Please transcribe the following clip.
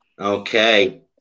Okay